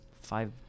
five